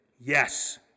Yes